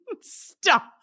Stop